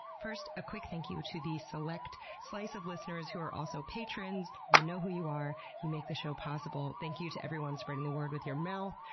first a quick thank you to the select slice of listeners who are also patrons you know who you are, you make the show possible. thank you to everyone spreading the word with your mouth,